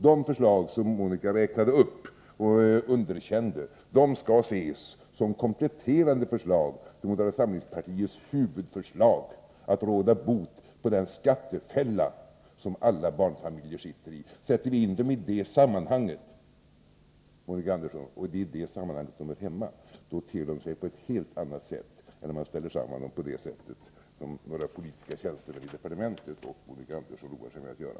De förslag som Monica Andersson räknade upp och underkände skall ses som kompletterande förslag till moderata samlingspartiets huvudförslag — att råda bot på den skattefälla som alla barnfamiljer sitter i. Sätter vi in förslagen i det sammanhanget — och det är i det sammanhanget de hör hemma, Monica Andersson — ter det sig på ett helt annat sätt än om man ställer samman dem så som några politiska tjänstemän i departementet och Monica Andersson roar sig med att göra.